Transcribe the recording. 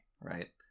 Right